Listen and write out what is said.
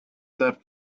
that